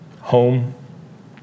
home